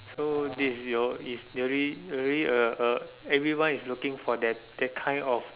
so this is your is really really a a everyone is looking for that that kind of